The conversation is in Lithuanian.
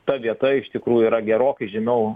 ta vieta iš tikrųjų yra gerokai žemiau